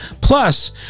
Plus